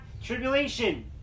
Tribulation